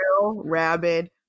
rabid